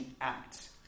act